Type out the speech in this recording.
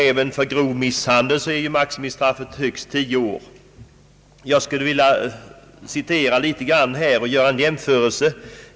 Även för grov misshandel är maximistraffet tio år. Jag skulle vilja göra ytterligare en jämförelse.